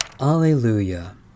Alleluia